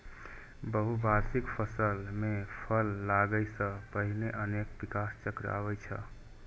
बहुवार्षिक फसल मे फल लागै सं पहिने अनेक विकास चक्र आबै छै